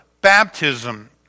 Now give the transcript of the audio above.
baptism